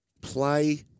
play